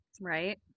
Right